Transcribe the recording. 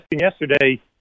yesterday